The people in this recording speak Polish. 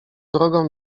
drogą